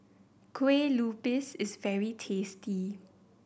kue lupis is very tasty